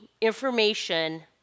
information